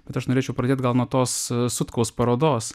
bet aš norėčiau pradėt gal nuo tos sutkaus parodos